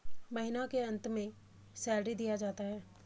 महीना के अंत में सैलरी दिया जाता है